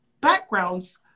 backgrounds